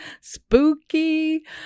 spooky